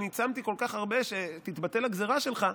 אני צמתי כל כך הרבה שתתבטל הגזרה שלך,